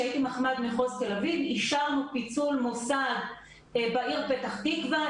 כשהייתי מחמ"ד מחוז תל אביב אישרנו פיצול מוסד בעיר פתח תקווה,